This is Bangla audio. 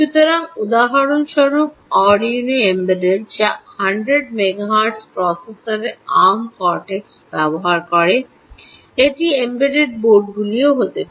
সুতরাং উদাহরণস্বরূপ আরডুইনো এম্বেড যা 100 মেগাহের্টজ প্রসেসরে আর্ম কর্টেক্স ব্যবহার করে এটি এম্বেড বোর্ডগুলিও বলা হয়